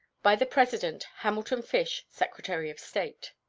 by the president hamilton fish, secretary of state.